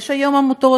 יש היום עמותות,